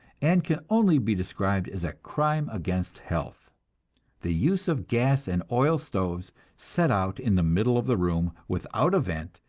and can only be described as a crime against health the use of gas and oil stoves set out in the middle of the room, without a vent,